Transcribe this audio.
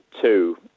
two